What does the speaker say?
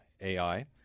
AI